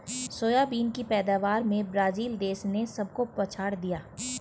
soybean की पैदावार में ब्राजील देश ने सबको पछाड़ दिया